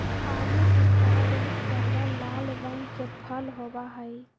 आलू बुखारा बहुत गहरा लाल रंग के फल होबा हई